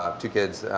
ah two kids,